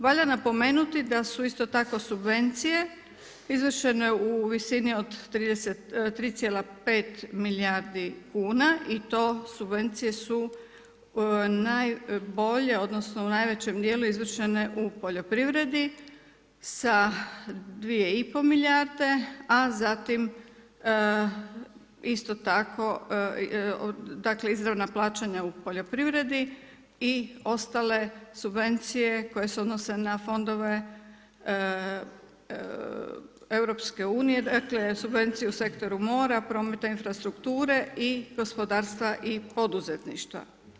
Valja napomenuti da su isto tako subvencije izvršeno je u visini od 3,5 milijardi kuna i to subvencije su najbolje odnosno u najvećem dijelu izvršene u poljoprivredi sa 2,5 milijarde a zatim isto tako dakle izravna plaćanja u poljoprivredi i ostale subvencije koje se odnose na fondove EU, dakle subvencije u sektoru mora, prometa i infrastrukture i gospodarstva i poduzetništva.